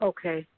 Okay